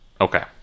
Okay